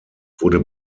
wurde